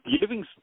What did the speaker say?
giving